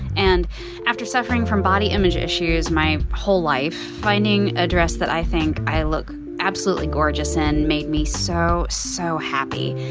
and after suffering from body image issues my whole life, finding a dress that i think i look absolutely gorgeous in made me so, so, so happy.